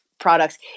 products